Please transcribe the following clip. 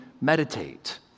meditate